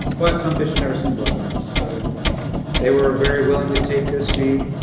but some fish have never seen blood worms, so they were very willing to take this feed.